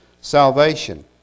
salvation